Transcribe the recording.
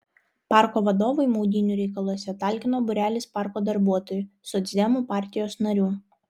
parko vadovui maudynių reikaluose talkino būrelis parko darbuotojų socdemų partijos narių